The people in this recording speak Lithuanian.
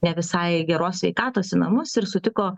ne visai geros sveikatos į namus ir sutiko